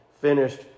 finished